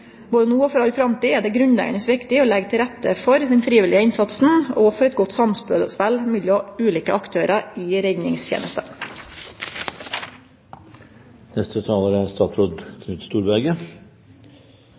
Både no og for all framtid er det grunnleggjande viktig å leggje til rette for den frivillige innsatsen og for eit godt samspel mellom ulike aktørar i